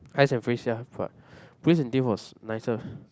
ice and freeze yeah but police and thief was nicer